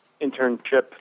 internship